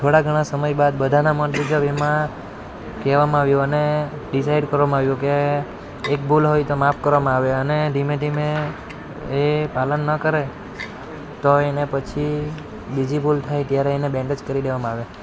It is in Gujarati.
થોડા ઘણા સમય બાદ બધાના મત મુજબ એમાં કહેવામાં આવ્યું અને ડિસાઇડ કરવામાં આવ્યું કે એક ભૂલ હોય તો માફ કરવામાં આવે અને ધીમે ધીમે એ પાલન ન કરે તો એને પછી બીજી ભૂલ થાય ત્યારે એને બેન્ડ જ કરી દેવામાં આવે